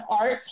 art